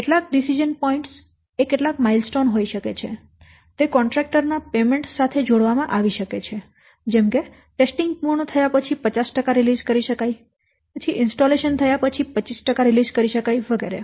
કેટલાક નિર્ણય બિંદુઓ કેટલાક માઈલસ્ટોન હોઈ શકે છે તે કોન્ટ્રાક્ટર ના પેમેન્ટ સાથે જોડવામાં આવી શકે છે જેમ કે ટેસ્ટિંગ પૂર્ણ થયા પછી 50 ટકા રિલીઝ કરી શકાય પછી ઇન્સ્ટોલેશન થયા પછી 25 ટકા રિલીઝ કરી શકાય વગેરે